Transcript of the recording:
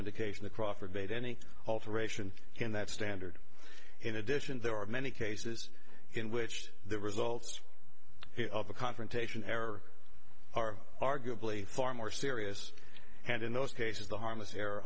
indication the crawford made any alteration in that standard in addition there are many cases in which the results of a confrontation error are arguably far more serious and in those cases the harm